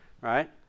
right